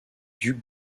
ducs